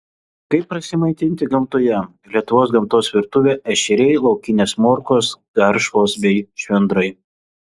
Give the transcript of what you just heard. kaip prasimaitinti gamtoje lietuvos gamtos virtuvė ešeriai laukinės morkos garšvos bei švendrai